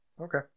Okay